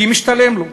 כי משתלם לו,